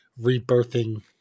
rebirthing